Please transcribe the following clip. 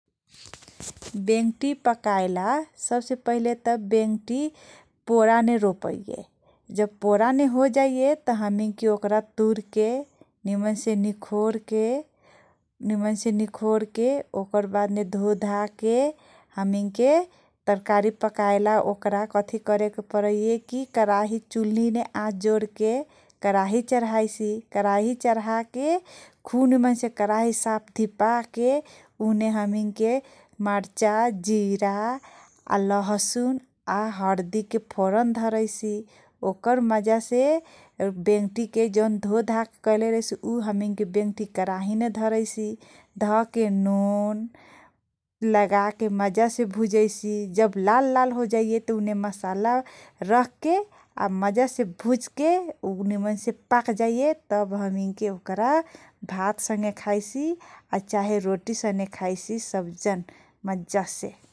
बेङगटी पकाइएला, सबसे पहिले तँ, पोराने रोपैये, जब पोरामे हो जाइये तँ हमैन ओकरा तुरके, निमनसे निखोरकके, निमनसे निखोरके, ओकर बादने धोधाके, हमैनके तरकारी ओकरा कठी करेके परैये, कराही, चुलीने आच जोरके, कराही चढाइसी, कराही चढाइके, खुब निमनसे कराई साप धिपाके, उने हमैनके मर्चा, जिरा, आ लहसुन, आ हर्दीके फोरन धरैसी, ओकर मजासे जौन बेङगटी मजासे धोधा कैलेरहैसी, उ बेङगटी कराहीमे धरैसी, धके नुन लगाके मजासे भुजैसी, जब लाल–लाल हो जाइये त उने मसला रखके आ मजासे भुजके, उ निमने पाकजाइये त हमैनके ओकरा भात सगे खाइसी चाहे रोटी सगे खाइसी सब जन ।